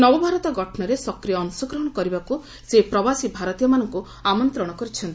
ନବଭାରତ ଗଠନରେ ସକ୍ରିୟ ଅଂଶଗ୍ରହଣ କରିବାକୁ ସେ ପ୍ରବାସୀ ଭାରତୀୟମାନଙ୍କୁ ଆମନ୍ତ୍ରଣ କରିଚ୍ଛନ୍ତି